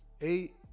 Eight